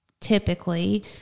typically